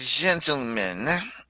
gentlemen